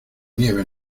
nieve